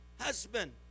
husband